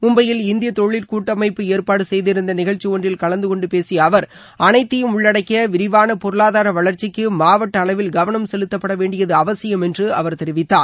மும்பையில் இந்திய தொழில் கூட்டமைப்பு ஏற்பாடு செய்திருந்த நிகழ்ச்சி ஒன்றில் கலந்தகொண்டு பேசிய அவர் அனைத்தையும் உள்ளடக்கிய விரிவாள பொருளாதார வளர்ச்சிக்கு மாவட்ட அளவில் கவனம் செலுத்தப்பட வேண்டியது அவசியம் என்று அவர் தெரிவித்தார்